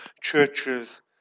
churches